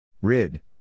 RID